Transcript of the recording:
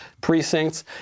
precincts